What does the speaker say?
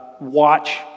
watch